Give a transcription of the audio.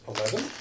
Eleven